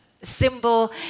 symbol